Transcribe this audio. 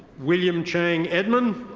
william chang edmond.